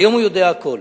היום הוא יודע הכול,